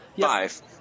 Five